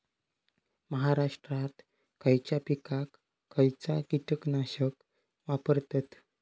महाराष्ट्रात खयच्या पिकाक खयचा कीटकनाशक वापरतत?